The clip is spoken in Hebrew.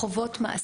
חובות מעסיק,